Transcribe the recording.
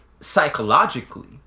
psychologically